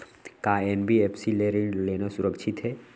का एन.बी.एफ.सी ले ऋण लेना सुरक्षित हे?